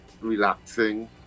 relaxing